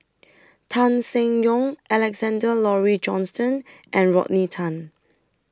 Tan Seng Yong Alexander Laurie Johnston and Rodney Tan